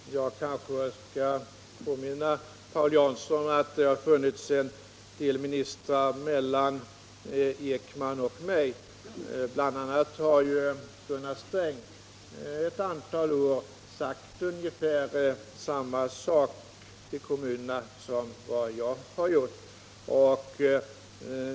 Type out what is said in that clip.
Herr talman! Jag kanske skall påminna Paul Jansson om att det har funnits en del ministrar mellan C.G. Ekman och mig. Bl. a. har ju Gunnar Sträng ett antal år sagt ungefär samma sak till kommunerna som vad jag har gjort.